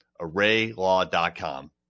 ArrayLaw.com